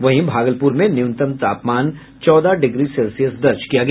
वहीं भागलपुर में न्यूनतम तापमान चौदह डिग्री सेल्सियस दर्ज किया गया